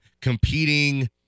competing